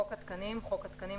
"חוק התקנים" חוק התקנים,